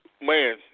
Man